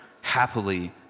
happily